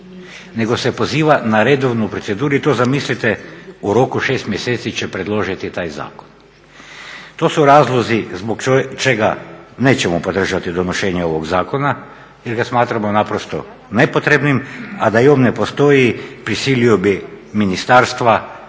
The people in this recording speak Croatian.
nego se poziva na redovnu proceduru i to zamislite u roku od 6 mjeseci će predložiti taj zakon. To su razlozi zbog čega nećemo podržati donošenje ovog zakona, jer ga smatramo naprosto nepotrebnim, a da i on ne postoji prisilio bih ministarstva